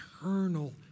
eternal